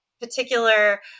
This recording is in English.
particular